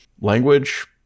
language